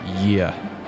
year